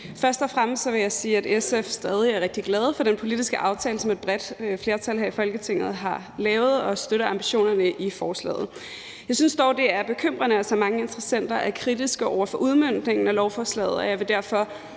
Først og fremmest vil jeg sige, at SF stadig er rigtig glade for den politiske aftale, som et bredt flertal her i Folketinget har lavet, og støtter ambitionerne i forslaget. Jeg synes dog, det er bekymrende, at så mange interessenter er kritiske over for udmøntningen af lovforslaget, og jeg vil derfor